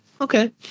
Okay